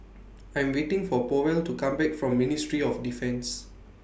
I'm waiting For Powell to Come Back from Ministry of Defence